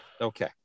Okay